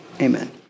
Amen